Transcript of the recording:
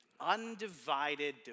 undivided